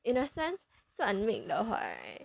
in a sense 算命的话 right